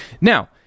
Now